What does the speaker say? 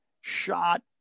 shot